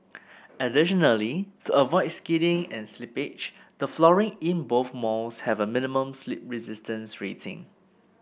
additionally to avoid skidding and slippage the flooring in both malls have a minimum slip resistance rating